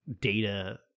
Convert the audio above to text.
data